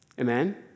Amen